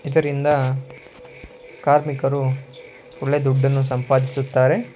ಇದರಿಂದ ಕಾರ್ಮಿಕರು ಒಳ್ಳೆ ದುಡ್ಡನ್ನು ಸಂಪಾದಿಸುತ್ತಾರೆ